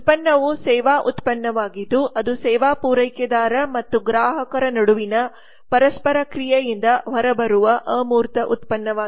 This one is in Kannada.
ಉತ್ಪನ್ನವು ಸೇವಾ ಉತ್ಪನ್ನವಾಗಿದ್ದು ಅದು ಸೇವಾ ಪೂರೈಕೆದಾರ ಮತ್ತು ಗ್ರಾಹಕರ ನಡುವಿನ ಪರಸ್ಪರ ಕ್ರಿಯೆಯಿಂದ ಹೊರಬರುವ ಅಮೂರ್ತ ಉತ್ಪನ್ನವಾಗಿದೆ